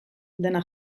dena